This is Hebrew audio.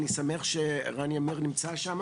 אני שמח שרני עמיר נמצא שם,